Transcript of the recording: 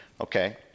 Okay